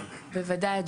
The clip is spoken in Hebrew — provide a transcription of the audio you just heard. בוודאי.